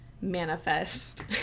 manifest